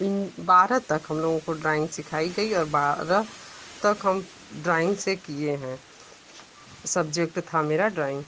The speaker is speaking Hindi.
इन बारह तक हम लोगों को ड्राइंग सिखाई गई और बारह तक हम ड्राइंग से किए हैं सब्जेक्ट था मेरा ड्राइंग